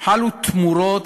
חלו תמורות